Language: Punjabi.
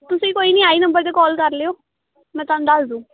ਤੁਸੀਂ ਕੋਈ ਨਹੀਂ ਆਹੀ ਨੰਬਰ 'ਤੇ ਕਾਲ ਕਰ ਲਿਓ ਮੈਂ ਤੁਹਾਨੂੰ ਦੱਸ ਦਊਂ